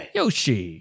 Yoshi